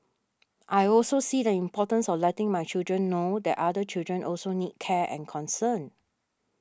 I also see the importance of letting my children know that other children also need care and concern